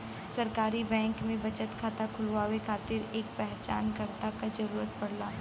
सरकारी बैंक में बचत खाता खुलवाये खातिर एक पहचानकर्ता क जरुरत पड़ला